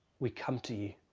we come to you